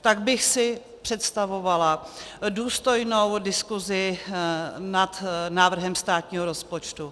Tak bych si představovala důstojnou diskuzi nad návrhem státního rozpočtu.